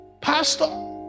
Pastor